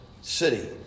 city